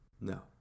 No